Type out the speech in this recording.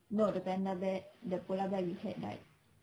no the panda bear the polar bear we had died